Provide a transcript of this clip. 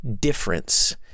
difference